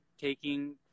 taking